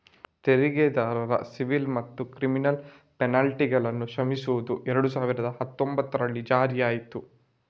ತೆರಿಗೆದಾರರ ಸಿವಿಲ್ ಮತ್ತೆ ಕ್ರಿಮಿನಲ್ ಪೆನಲ್ಟಿಗಳನ್ನ ಕ್ಷಮಿಸುದು ಎರಡು ಸಾವಿರದ ಹತ್ತೊಂಭತ್ತರಲ್ಲಿ ಜಾರಿಯಾಯ್ತು